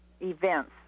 events